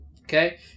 Okay